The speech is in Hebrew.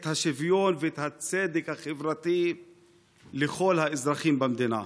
את השוויון ואת הצדק החברתי לכל האזרחים במדינה.